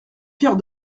pierre